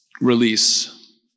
release